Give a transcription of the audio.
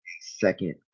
second